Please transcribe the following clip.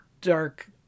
dark